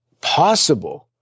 possible